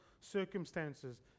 circumstances